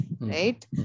right